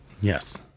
yes